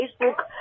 Facebook